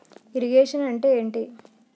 Irrigation అంటే ఏంటీ?